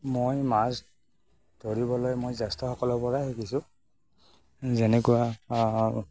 মই মাছ ধৰিবলৈ মই জ্যেষ্ঠসকলৰ পৰাই শিকিছোঁ যেনেকুৱা